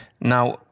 Now